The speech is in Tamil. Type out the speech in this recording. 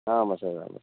ஆமாம் சார் ஆமாம்